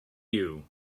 you